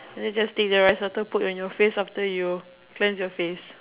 just take the rice water put on your face after you cleanse your face